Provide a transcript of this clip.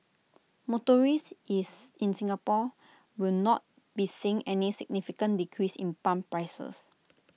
motorists is in Singapore will not be seeing any significant decrease in pump prices